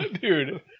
dude